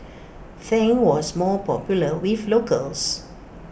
Tang was more popular with locals